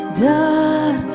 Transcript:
dar